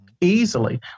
Easily